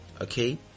Okay